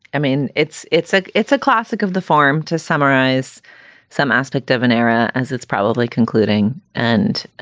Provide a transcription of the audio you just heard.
i mean, it's it's a like it's a classic of the farm to summarize some aspect of an era as it's probably concluding and ah